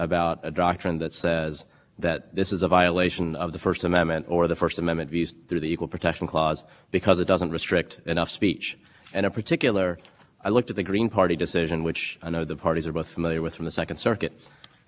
i looked at the green party decision which i know the parties are both familiar with from the second circuit and that involved a contribution ban that did extend to corporate officers and what was interesting about the analysis in that case is the court sustains it but barely and they say it's it seems like it's almost over